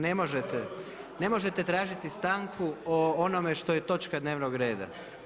Ne možete, ne možete tražiti stanku o onome što je točka dnevnog reda.